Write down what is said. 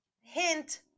Hint